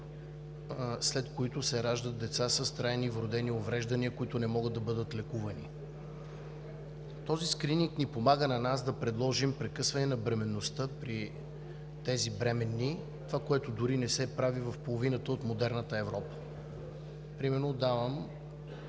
след които се раждат деца с трайни вродени увреждания, които не могат да бъдат лекувани. Този скрининг ни помага да предложим прекъсване на бременността при тези бременни – това, което дори не се прави в половината от модерна Европа. Давам